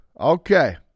Okay